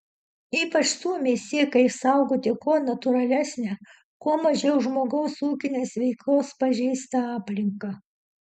ypač suomiai siekia išsaugoti kuo natūralesnę kuo mažiau žmogaus ūkinės veiklos pažeistą aplinką